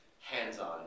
hands-on